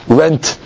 rent